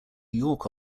york